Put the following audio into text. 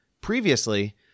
Previously